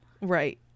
right